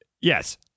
yes